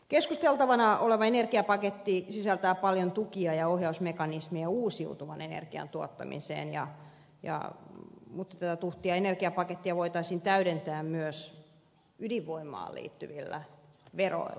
keskusteltavana oleva energiapaketti sisältää paljon tukia ja ohjausmekanismeja uusiutuvan energian tuottamiseen mutta tätä tuhtia energiapakettia voitaisiin täydentää myös ydinvoimaan liittyvillä veroilla